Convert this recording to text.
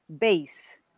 base